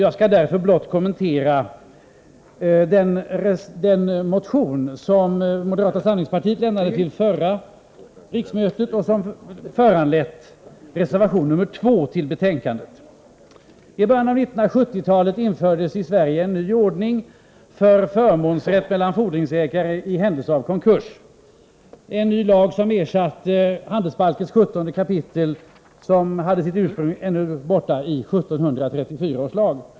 Jag skall därför blott kommentera den motion som moderata samlingspartiet väckte vid förra riksmötet och som föranlett reservation 2, som är fogad till betänkandet. I början av 1970-talet infördes i Sverige en ny ordning för förmånsrätt mellan fordringsägare i händelse av konkurs — en ny lag som ersatte handelsbalkens 17 kap. , vilket hade sitt ursprung så långt tillbaka som i 1734 års lag.